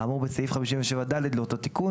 האמור בסעיף 57(ד) לאותו תיקון